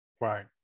Right